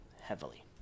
heavily